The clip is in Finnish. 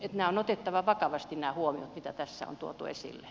on otettava vakavasti nämä huomiot mitä tässä on tuotu esille